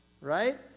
right